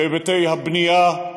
בהיבטי הבנייה,